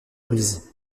rhuys